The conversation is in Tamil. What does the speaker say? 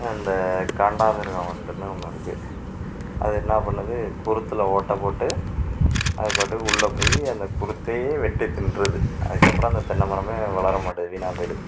அந்த காண்டாமிருகம் வண்டுன்னு ஒன்று இருக்குது அது என்னா பண்ணுது குருத்தில் ஓட்டை போட்டு அது பாட்டுக்கு உள்ளே போய் அந்த குருத்தையே வெட்டி திண்றுது அதுக்கு அப்புறம் அந்த தென்னை மரம் வளர மாட்டேது வீணாக போய்விடுது